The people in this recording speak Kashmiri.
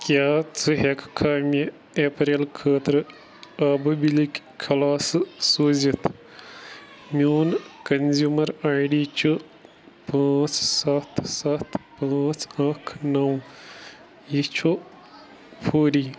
کیٛاہ ژٕ ہیٚککھا مےٚ اپریل خٲطرٕ آبہٕ بِلِک خلاصہٕ سوٗزِتھ میون کنزیوٗمَر آی ڈی چھ پانٛژھ سَتھ سَتھ پانٛژھ اَکھ نَو یہِ چھُ فوری